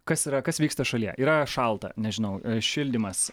kas yra kas vyksta šalyje yra šalta nežinau šildymas